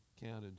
counted